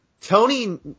Tony